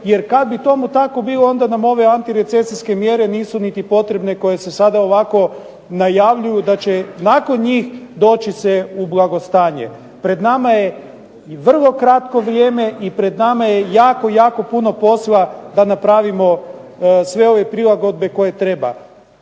jer kada bi tomu tamo bilo onda ove antirecesijske mjere nisu niti potrebne koje se ovako navaljuju, da će se nakon njih doći u blagostanje. Pred nama je vrlo kratko vrijeme i pred nama je jako, jako puno posla da napravimo sve ove prilagodbe koje treba.